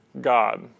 God